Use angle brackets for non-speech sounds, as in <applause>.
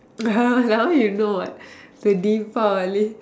<laughs> ya that one you know what the deepavali